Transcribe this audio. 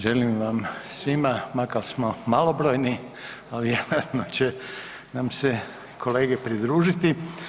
želim vam svima, makar smo malobrojni, ali vjerojatno će nam se kolege pridružiti.